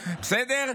בסדר?